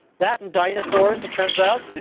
that and dinosaurs it turns out.